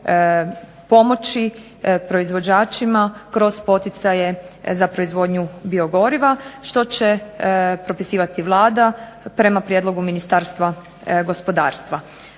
pomoći proizvođačima kroz poticaje za proizvodnju biogoriva, što će propisivati Vlada prema prijedlogu Ministarstva gospodarstva.